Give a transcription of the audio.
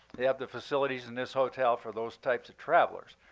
they have the facilities in this hotel for those types of travelers.